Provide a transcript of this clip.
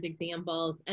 examples